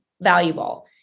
valuable